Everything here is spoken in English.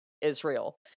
Israel